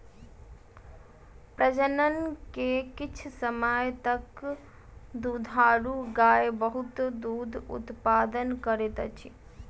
प्रजनन के किछ समय तक दुधारू गाय बहुत दूध उतपादन करैत अछि